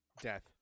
death